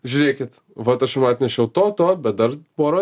žiūrėkit vat aš jum atnešiau to to bet dar pora